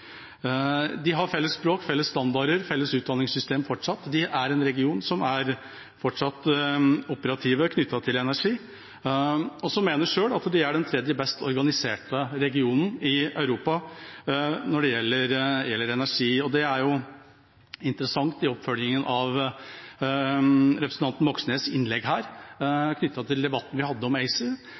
De har fortsatt felles språk, felles standarder og felles utdanningssystem, og dette er en region som fortsatt er operativ med tanke på energi. De mener selv at de er den tredje best organiserte regionen i Europa når det gjelder energi – og det er jo interessant i oppfølgingen av representanten Moxnes’ innlegg her med tanke på debatten vi hadde om ACER.